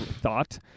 thought